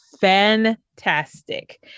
fantastic